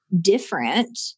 different